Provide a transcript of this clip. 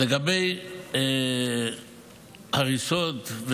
לגבי ההריסות,